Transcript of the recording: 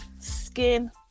skin